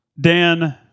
Dan